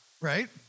right